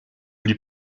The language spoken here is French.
lui